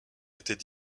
étaient